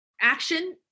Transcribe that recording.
action